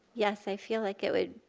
yes, i feel like it would,